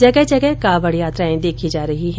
जगह जगह कावड यात्राएं देखी जा रही है